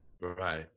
Right